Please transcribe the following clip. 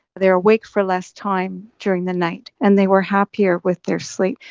they were awake for less time during the night, and they were happier with their sleep.